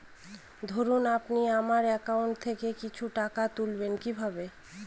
ধরুন আপনি আপনার একাউন্ট থেকে কিছু টাকা তুলবেন কিভাবে?